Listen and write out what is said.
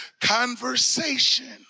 conversation